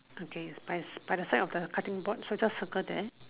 okay by by the side of the cutting board so just circle that